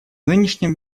нынешнем